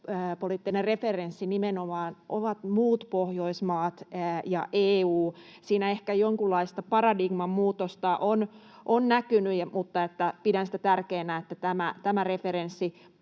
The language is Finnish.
turvallisuuspoliittinen referenssi ovat nimenomaan muut Pohjoismaat ja EU. Siinä on ehkä jonkunlaista paradigman muutosta näkynyt, mutta pidän sitä tärkeänä, että tämä referenssi